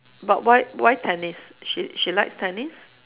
but why why tennis she she likes tennis